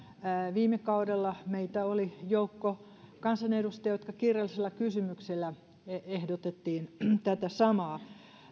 viime kaudella meitä oli joukko kansanedustajia jotka kirjallisella kysymyksellä ehdotimme tätä samaa